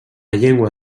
llengua